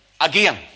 again